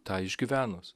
tą išgyvenus